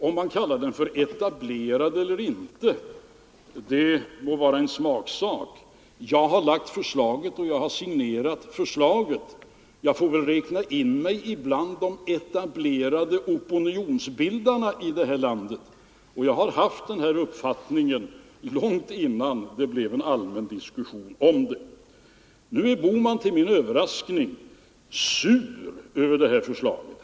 Om man kallar den för etablerad eller inte må vara en smaksak. Jag har lagt fram och signerat förslaget. Jag får väl räkna in mig bland de etablerade opinionsbildarna, och jag har alltså haft den här uppfattningen långt innan det blev en allmän diskussion om den. Nu är herr Bohman till min överraskning sur över det här förslaget.